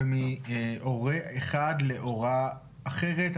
ומהורה אחד, להורה אחרת.